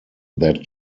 that